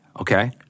Okay